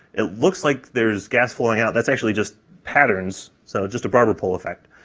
it looks like there's gas flowing out, that's actually just patterns, so just a barber pole effect,